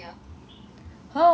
I don't know if I got tell